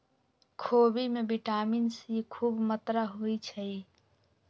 खोबि में vitamin C खूब मत्रा होइ छइ